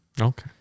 Okay